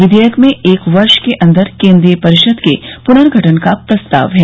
विधेयक में एक वर्ष के अंदर केन्द्रीय परिषद के प्नर्गठन का प्रस्ताव है